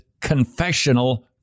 confessional